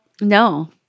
No